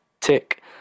tick